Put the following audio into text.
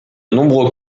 nombreux